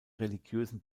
religiösen